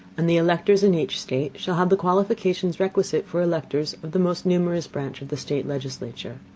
and the electors in each state shall have the qualifications requisite for electors of the most numerous branch of the state legislature.